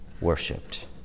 worshipped